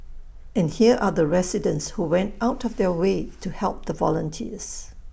and here are the residents who went out of their way to help the volunteers